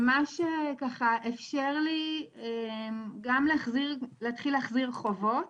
מה שככה אפשר לי גם לחזיר או לפחות להתחיל להחזיר חובות,